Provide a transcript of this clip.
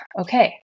Okay